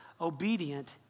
obedient